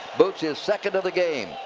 boots his second of the game.